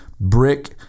brick